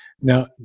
Now